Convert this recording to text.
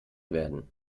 werden